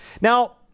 Now